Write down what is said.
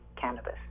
cannabis